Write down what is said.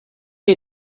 les